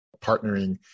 partnering